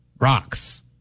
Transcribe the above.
Rocks